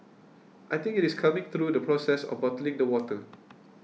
I think it is coming through the process of bottling the water